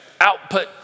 Output